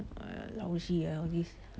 uhh lousy ah all this